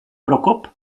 prokop